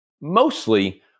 mostly